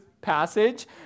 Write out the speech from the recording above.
passage